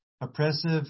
oppressive